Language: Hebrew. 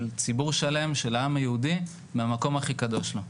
ציבור שלם של העם היהודי מהמקום הכי קדוש לו.